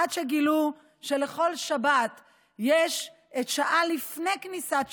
עד שגילו שלכל שבת יש את שעה לפני כניסת שבת,